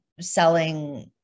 selling